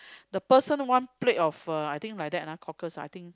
the person one plate of uh I think like that lah cockles ah I think